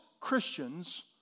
Christians